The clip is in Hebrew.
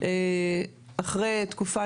אחרי תקופה,